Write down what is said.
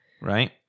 Right